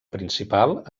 principal